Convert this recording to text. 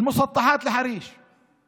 אליקים רובינשטיין עם הרכב חדש.